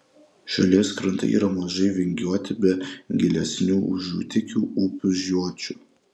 šalies krantai yra mažai vingiuoti be gilesnių užutėkių upių žiočių